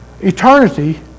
Eternity